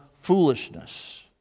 Foolishness